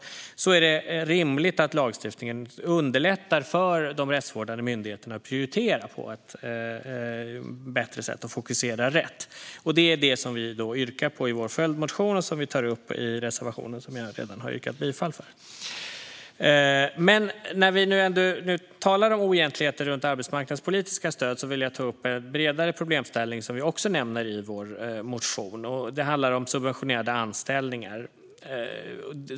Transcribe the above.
Därför är det rimligt att lagstiftningen underlättar för de rättsvårdande myndigheterna att prioritera på ett bättre sätt och fokusera rätt. Det är det som vi yrkar på i vår följdmotion och som vi tar upp i reservationen som jag redan har yrkat bifall till. När vi nu ändå talar om oegentligheter runt arbetsmarknadspolitiska stöd vill jag ta upp en bredare problemställning som vi också nämner i vår motion. Det handlar om subventionerade anställningar.